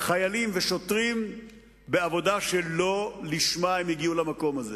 חיילים ושוטרים בעבודה שלא לשמה הם הגיעו למקום הזה.